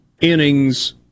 innings